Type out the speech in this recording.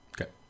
Okay